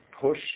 push